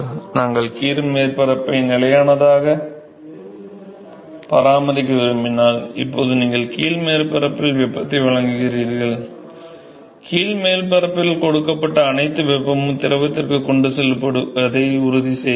நீங்கள் கீழ் மேற்பரப்பை நிலையானதாக பராமரிக்க விரும்பினால் இப்போது நீங்கள் கீழ் மேற்பரப்பில் வெப்பத்தை வழங்குகிறீர்கள் இப்போது கீழ் மேற்பரப்பில் கொடுக்கப்பட்ட அனைத்து வெப்பமும் திரவத்திற்கு கொண்டு செல்லப்படுவதை உறுதி செய்ய வேண்டும்